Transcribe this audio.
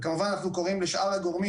וכמובן אנחנו קוראים לשאר הגורמים